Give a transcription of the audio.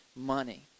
money